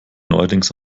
neuerdings